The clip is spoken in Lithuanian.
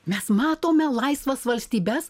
mes matome laisvas valstybes